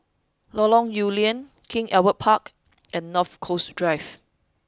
Lorong Lew Lian King Albert Park and North Coast Drive